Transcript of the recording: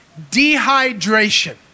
dehydration